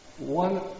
One